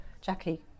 Jackie